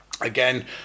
Again